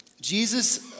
Jesus